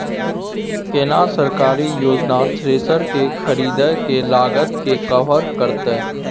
केना सरकारी योजना थ्रेसर के खरीदय के लागत के कवर करतय?